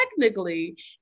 technically